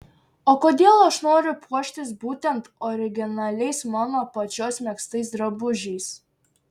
o kodėl aš noriu puoštis būtent originaliais mano pačios megztais drabužiais